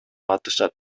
атышат